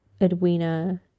Edwina